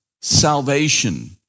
salvation